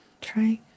Trying